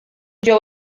ġew